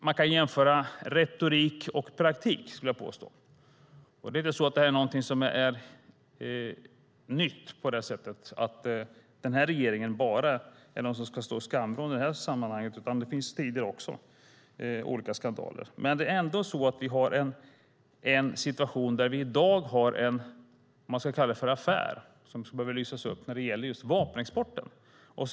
Man kan jämföra retorik och praktik, skulle jag vilja påstå. Det här är inte något som är nytt, att bara den här regeringen är den som ska stå i skamvrån i det här sammanhanget, utan det har också varit olika skandaler tidigare. Vi har ändå en situation i dag med en om man ska kalla det för affär som behöver lysas upp när det gäller just vapenexporten.